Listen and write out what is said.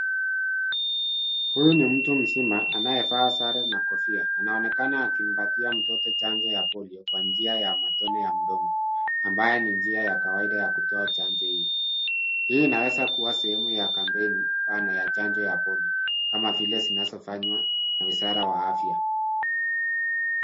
Huu ni mtu mzima anayevaa sare na kofia. Anaonekana akimpatia mtoto chanjo ya polio kwa njia ya matone ya mdomo, ambayo ni njia ya kawaida ya kutoa chanjo hii. Hii inaweza kua sehemu ya kampeni pana ya chanjo ya polio, kama vile zinazofanywa na wizara wa afya.